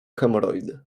hemoroidy